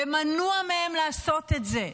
ומנוע מהם לעשות את זה,